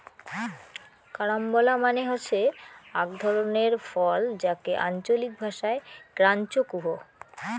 carambola মানে হসে আক ধরণের ফল যাকে আঞ্চলিক ভাষায় ক্রাঞ্চ কুহ